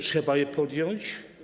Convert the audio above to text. Trzeba je podjąć.